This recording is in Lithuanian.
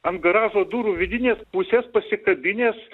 ant garažo durų vidinės pusės pasikabinęs